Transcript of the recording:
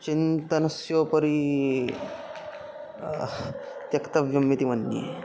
चिन्तनस्योपरी त्यक्तव्यम् इति मन्ये